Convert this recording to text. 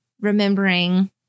remembering